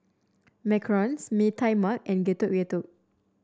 Macarons Mee Tai Mak and Getuk Getuk